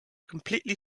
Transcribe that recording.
completely